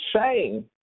shame